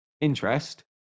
interest